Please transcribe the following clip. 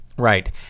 Right